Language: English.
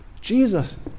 Jesus